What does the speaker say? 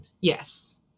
Yes